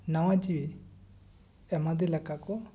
ᱱᱟᱣᱟ ᱡᱤᱣᱤ ᱮᱢᱟᱫᱮ ᱞᱮᱠᱟᱠᱚ